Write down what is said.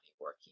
working